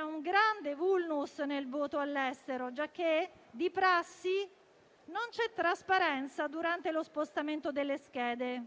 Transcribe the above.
un grande *vulnus* nel voto all'estero giacché, di prassi, non c'è trasparenza durante lo spostamento delle schede.